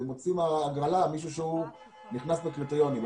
זה מוציא מההגרלה מישהו שנכנס בקריטריונים.